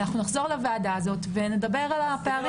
ונחזור לוועדה הזו ונדבר על הפערים.